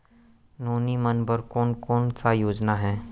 नोनी मन बर कोन कोन स योजना हे?